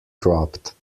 dropped